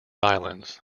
islands